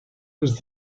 was